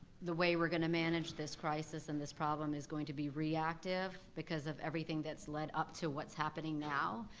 the way we're gonna manage this crisis and this problem is going to be reactive because of everything that's led up to what's happening now,